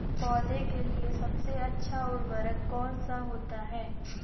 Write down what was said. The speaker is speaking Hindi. पौधे के लिए सबसे अच्छा उर्वरक कौन सा होता है?